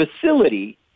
facility